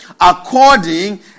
According